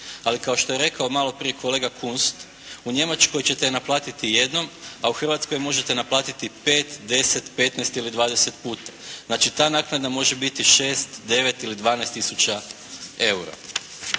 ali kao što je rekao malo prije kolega Kunst u Njemačkoj ćete naplatiti jednom a u Hrvatskoj možete naplatiti pet, deset, petnaest ili dvadeset puta. Znači, ta naknada može biti 6, 9 ili 12 tisuća eura.